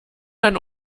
dann